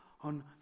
On